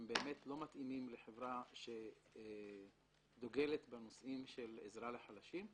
באמת לא מתאימה לחברה שדוגלת בעזרה לחלשים.